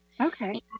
Okay